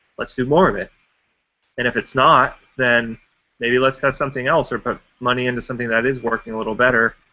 let's do more of it. and if it's not, then maybe let's test something else or put but money into something that is working a little better,